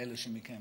לאלה מכם